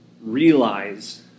realize